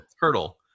Hurdle